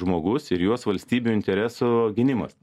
žmogus ir jos valstybių intereso gynimas